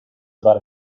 about